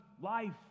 life